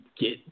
get